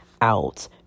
out